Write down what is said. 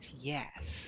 yes